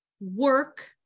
work